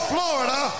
Florida